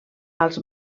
als